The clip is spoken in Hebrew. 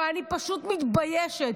ואני פשוט מתביישת.